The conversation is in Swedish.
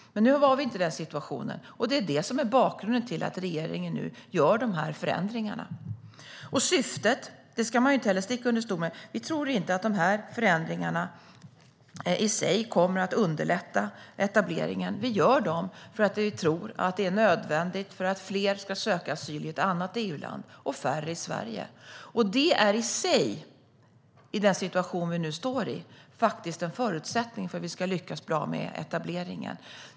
Nu har vi inte den situationen, och det är bakgrunden till att regeringen gör dessa förändringar. Vi ska inte sticka under stol med syftet. Vi tror inte att förändringarna i sig kommer att underlätta etableringen. Vi gör dem för att vi tror att det är nödvändigt för att fler ska söka asyl i ett annat EU-land och färre i Sverige. Det är i sig, i den situation Sverige nu befinner sig i, faktiskt en förutsättning för att vi ska lyckas bra med etableringen.